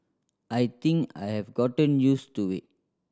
I think I have gotten used to it